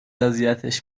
اذیتش